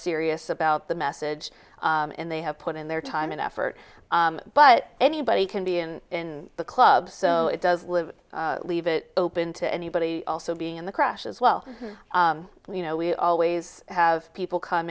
serious about the message and they have put in their time and effort but anybody can be in the club so it does live leave it open to anybody also being in the crash as well you know we always have people come